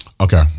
Okay